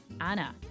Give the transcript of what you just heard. anna